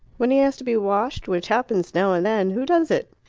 when he has to be washed, which happens now and then, who does it?